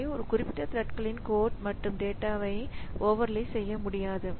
எனவே ஒரு குறிப்பிட்ட த்ரெட்களின் கோட் மற்றும் டேட்டாவை ஓவர்லே செய்ய முடியாது